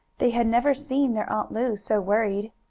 they had never seen their aunt lu so worried.